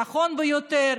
נכון ביותר,